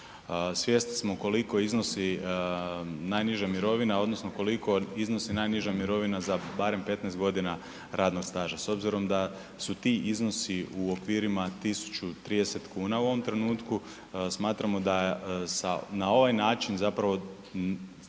odnosno koliko iznosi najniža mirovina za barem 15 godina radnog staža. S obzirom da su ti iznosi u okvirima 1.030 kuna u ovom trenutku, smatramo da na ovaj način zapravo